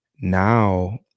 now